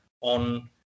on